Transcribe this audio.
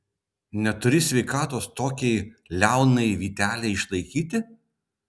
neturi sveikatos tokiai liaunai vytelei išlaikyti